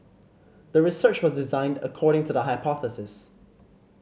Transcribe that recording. the research was designed according to the hypothesis